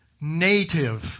native